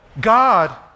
God